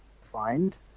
find